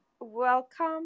Welcome